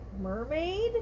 mermaid